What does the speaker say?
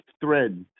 threads